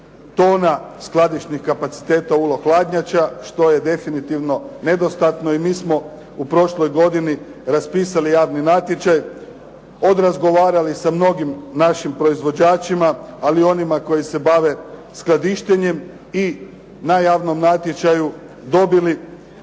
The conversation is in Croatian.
tona skladišnih kapaciteta ULO hladnjača, što je definitivno nedostatno. I mi smo u prošloj godini raspisali javni natječaj, razgovarali sa mnogim našim proizvođačima, ali i onima koji se bave skladištenjem i na javnom natječaju dobili